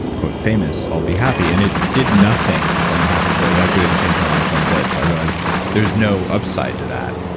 quote, famous, i'll be happy. and it did nothing for my happiness. it actually didn't change my life one bit so i realized there's no upside to that.